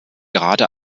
gerade